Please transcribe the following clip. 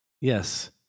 Yes